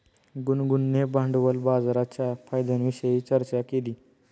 गुनगुनने भांडवल बाजाराच्या फायद्यांविषयी चर्चा केली